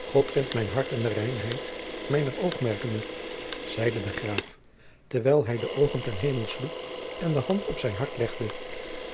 god kent mijn hart en de reinheid mijner oogmerkene zeide de graaf terwijl hij de oogen ten hemel sloeg en de hand op zijn hart legde